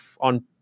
on